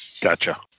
Gotcha